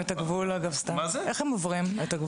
אגב, איך הם עוברים את הגבול?